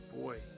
boy